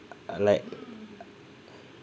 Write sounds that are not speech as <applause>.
uh like <noise>